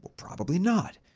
probably not.